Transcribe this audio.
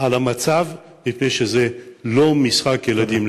על המצב, מפני שזה לא משחק ילדים.